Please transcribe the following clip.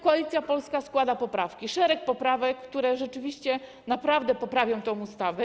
Koalicja Polska składa poprawki, szereg poprawek, które rzeczywiście naprawdę poprawią tę ustawę.